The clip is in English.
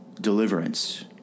deliverance